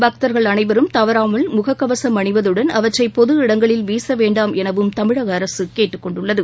பக்தர்கள் அனைவரும் தவறாமல் முகக்கவசம் அணிவதுடன் அவற்றை பொது இடங்களில் வீச வேண்டாம் எனவும் தமிழக அரசு கேட்டுக் கொண்டுள்ளது